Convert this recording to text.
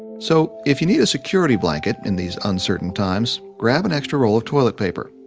so if you need a security blanket in these uncertain times, grab an extra roll of toilet paper,